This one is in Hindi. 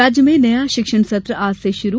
राज्य में नया शिक्षण सत्र आज से शुरू